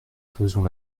faisons